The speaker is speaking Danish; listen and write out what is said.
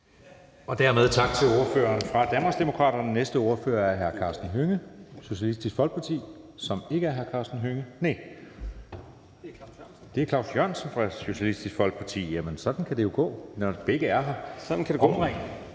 Dermed tak til ordføreren for Danmarksdemokraterne. Næste ordfører er hr. Karsten Hønge, Socialistisk Folkeparti – nej, det er ikke hr. Karsten Hønge. Det er hr. Claus Jørgensen fra Socialistisk Folkeparti. Sådan kan det jo gå, når begge er her. Værsgo. Kl.